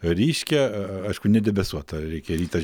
ryškią aišku nedebesuotą reikia rytą žiū